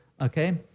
okay